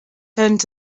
turned